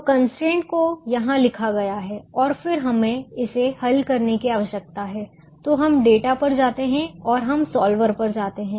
तो कंस्ट्रेंट को यहां लिखा गया है और फिर हमें इसे हल करने की आवश्यकता है तो हम डेटा पर जाते हैं और हम सॉल्वर पर जाते हैं